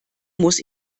muss